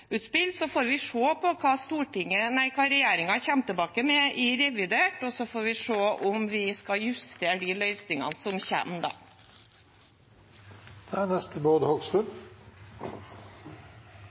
får se på hva regjeringen kommer tilbake med i revidert, og så får vi se om vi skal justere de løsningene som kommer da. Det er